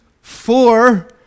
Four